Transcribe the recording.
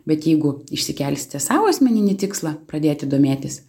bet jeigu išsikelsite sau asmeninį tikslą pradėti domėtis